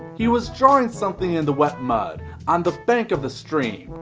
he was drawing something in the wet mud on the bank of the stream,